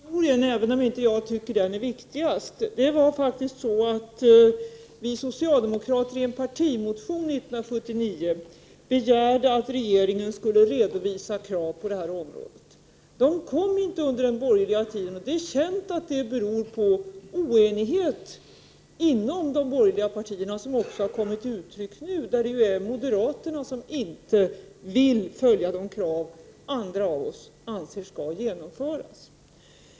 Herr talman! Först skall jag se till historien, även om jag inte tycker att den är viktigast. Vi socialdemokrater begärde i en partimotion 1979 att regeringen skulle redovisa krav på detta område. De kom inte under den borgerliga tiden, och det är känt att det berodde på oenighet mellan de borgerliga partierna, en enighet som också har kommit till uttryck nu, när moderaterna inte vill följa de krav som andra av oss anser skall genomföras.